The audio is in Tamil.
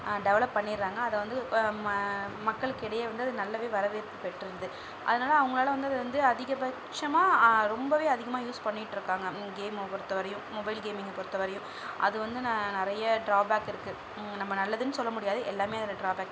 டெவலப் பண்ணிடுறாங்க அதை வந்து ம மக்களுக்கு இடையே வந்து அது நல்லாவே வரவேற்பு பெற்றது அதனால அவங்களால் வந்து அதை வந்து அதிகபட்சமாக ரொம்பவே அதிகமாக யூஸ் பண்ணிட்டிருக்காங்க கேமை பொறுத்தவரையும் மொபைல் கேமிங்கை பொறுத்தவரையும் அது வந்து ந நிறைய டிராபேக் இருக்குது நம்ம நல்லதுன்னு சொல்ல முடியாது எல்லாமே அதில் டிராபேக்